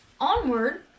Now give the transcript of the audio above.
Onward